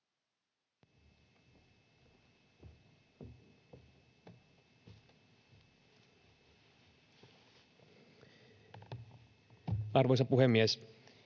Arvoisa puhemies!